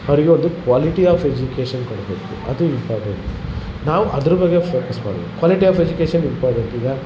ಅವರಿಗೆ ಒಂದು quality of education ಕೊಡಬೇಕು ಅದು ಇಂಪಾರ್ಟೆಂಟ್ ನಾವು ಅದ್ರ ಬಗ್ಗೆ ಫೋಕಸ್ ಮಾಡಬೇಕು ಕ್ವಾಲಿಟಿ ಆಫ್ ಎಜುಕೇಷನ್ ಇಂಪಾರ್ಡೆಂಟ್ ಈಗ